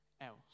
else